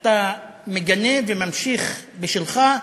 אתה מגנה וממשיך בשלך,